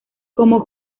como